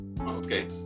Okay